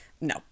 No